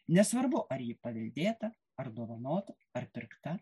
nesvarbu ar ji paveldėta ar dovanota ar pirkta